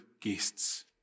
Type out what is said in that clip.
guests